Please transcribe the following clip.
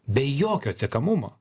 be jokio atsekamumo